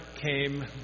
came